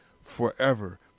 forever